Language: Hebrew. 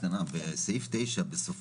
שאלה אחת קטנה: בסעיף 9 בסופו,